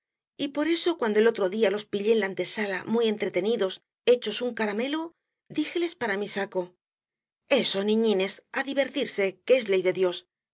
y por eso cuando el otro día los pillé en la antesala muy entretenidos hechos un caramelo díjeles para mi saco eso niñines á divertirse que es ley de dios